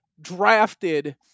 drafted